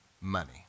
Money